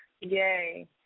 Yay